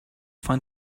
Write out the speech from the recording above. find